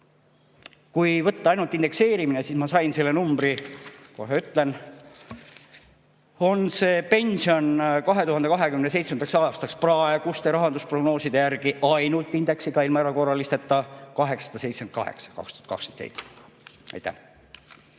Kui võtta ainult indekseerimine, siis ma sain selle numbri, kohe ütlen, see on pension 2027. aastaks praeguste rahandusprognooside järgi ainult indeksiga, ilma erakorralisteta – 878 eurot